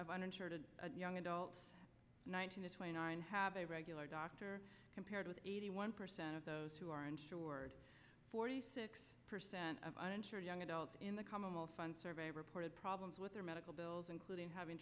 of uninsured young adults one hundred twenty nine have a regular doctor compared with eighty one percent of those who are insured forty six percent of uninsured young adults in the commonwealth fund survey reported problems with their medical bills including having